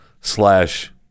slash